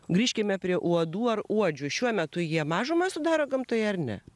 grįžkime prie uodų ar uodžių šiuo metu jie mažumą sudaro gamtoje ar ne